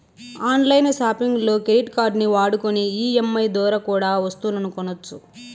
on line సాపింగుల్లో credit కార్డుల్ని వాడుకొని ఈ.ఎం.ఐ దోరా కూడా ఒస్తువులు కొనొచ్చు